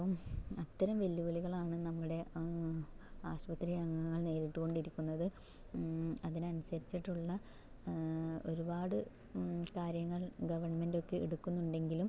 അപ്പം അത്തരം വെല്ലുവിളികളാണ് നമ്മുടെ ആശുപത്രി അംഗങ്ങൾ നേരിട്ടുകൊണ്ടിരിക്കുന്നത് അതിന് അനുസരിച്ചിട്ടുള്ള ഒരുപാട് കാര്യങ്ങൾ ഗവൺമെൻറ് ഒക്കെ എടുക്കുന്നുണ്ടെങ്കിലും